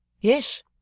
Yes